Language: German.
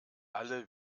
alle